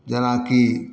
जेनाकि